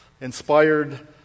inspired